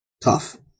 tough